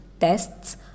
tests